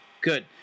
Good